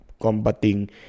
combating